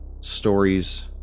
Stories